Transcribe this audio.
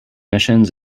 missions